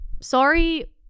sorry